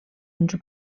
uns